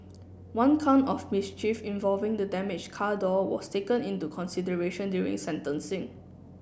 one count of mischief involving the damaged car door was taken into consideration during sentencing